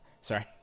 Sorry